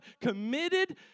committed